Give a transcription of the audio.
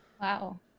Wow